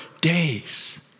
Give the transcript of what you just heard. days